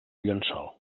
llençol